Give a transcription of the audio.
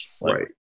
Right